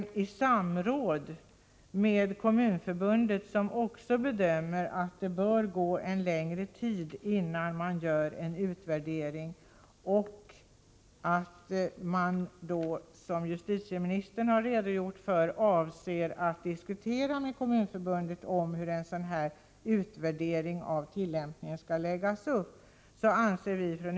Kommunförbundet bedömer att det bör förflyta en längre tid än så innan en utvärdering görs. Som justitieministern också har redogjort för avser man att diskutera med Kommunförbundet hur en utvärdering av tillämpningen skall läggas upp.